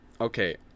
Okay